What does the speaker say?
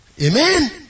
Amen